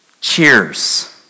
Cheers